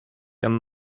and